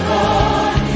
Lord